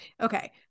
Okay